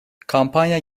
kampanya